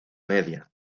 media